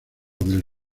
del